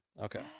Okay